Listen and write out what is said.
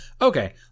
Okay